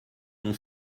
mon